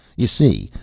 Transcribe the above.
you see,